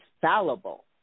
fallible